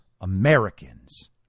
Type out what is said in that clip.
Americans